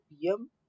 PM